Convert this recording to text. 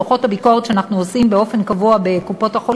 דוחות הביקורת שאנחנו עושים באופן קבוע בקופות-החולים,